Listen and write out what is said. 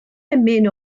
emyn